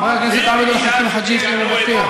חברת הכנסת עאידה תומא סלימאן, מוותרת,